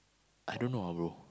I don't know ah bro